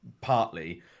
partly